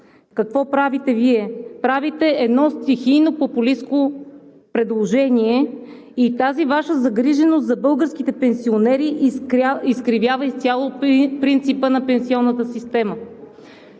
какво правите Вие? Правите едно стихийно, популистко предложение и тази Ваша загриженост за българските пенсионери изкривява изцяло принципа на пенсионната система.